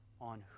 on